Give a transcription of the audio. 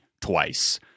twice